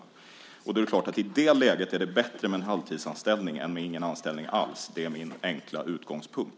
Då är det klart att i det läget är det bättre med en halvtidsanställning än ingen anställning alls. Det är min enkla utgångspunkt.